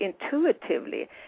intuitively